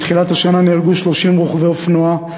מתחילת השנה נהרגו 30 רוכבי אופנוע.